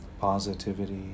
positivity